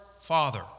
father